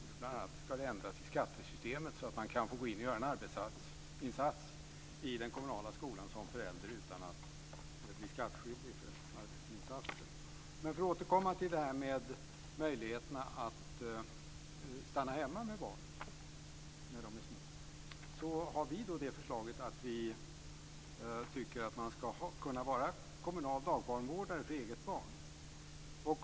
Vi vill bl.a. att det skall ändras i skattesystemet så att man som förälder kan få gå in och göra en arbetsinsats i den kommunala skolan utan att bli skattskyldig för arbetsinsatsen. Låt mig återkomma till möjligheterna att stanna hemma med barnen när de är små. Vi tycker att man skall kunna vara kommunal dagbarnvårdare för eget barn.